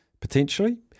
potentially